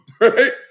Right